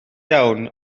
iawn